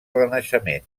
renaixement